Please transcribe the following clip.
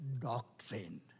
doctrine